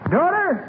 Daughter